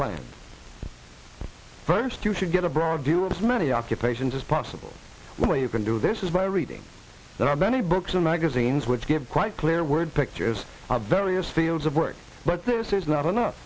plan first you should get a broad view of many occupations is possible where you can do this is by reading there are many books and magazines which give quite clear word pictures are various fields of work but this is not enough